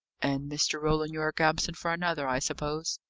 and mr. roland yorke absent for another, i suppose?